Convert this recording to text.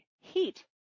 heat